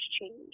change